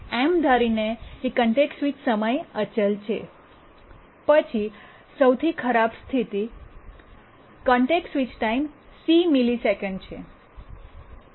એમ ધારીને કે context switch સમય અચલ છે પછી સૌથી ખરાબ સ્થિતિ context switch time c C millisecond છે